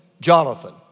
Jonathan